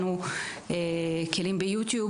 יש כלים ביוטיוב